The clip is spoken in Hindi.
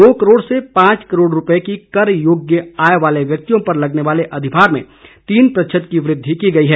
दो करोड़ से पांच करोड़ रूपये की कर योग्य आय वाले व्यक्तियों पर लगने वाले अधिभार में तीन प्रतिशत की वृद्धि की गई है